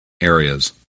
areas